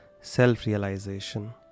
self-realization